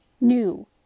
New